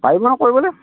পাৰিব কৰিবলে